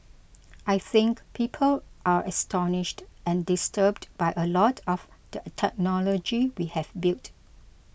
I think people are astonished and disturbed by a lot of the technology we have built